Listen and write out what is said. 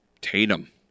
Tatum